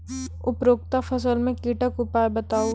उपरोक्त फसल मे कीटक उपाय बताऊ?